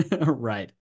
Right